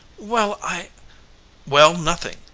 well, i well nothing!